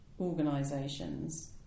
organisations